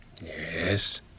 Yes